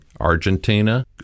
Argentina